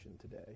today